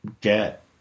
get